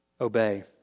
obey